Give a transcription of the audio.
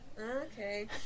Okay